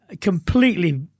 completely